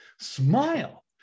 smile